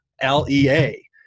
L-E-A